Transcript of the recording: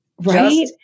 Right